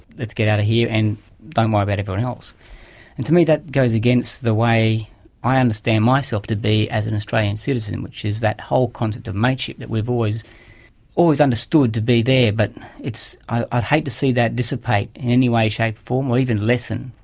let's get out of here and don't worry about everyone else. and to me that goes against the way i understand myself to be as an australian citizen, which is that whole concept of mateship that we've always always understood to be there, but ah i'd hate to see that dissipate in any way, shape or form, or even lessen,